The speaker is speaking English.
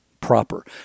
proper